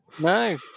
No